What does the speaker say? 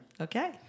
Okay